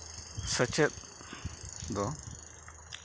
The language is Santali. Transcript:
ᱥᱮᱪᱮᱫ ᱫᱚ